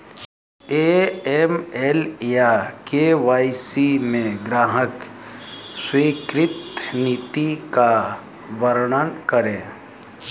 AML या KYC में ग्राहक स्वीकृति नीति का वर्णन करें?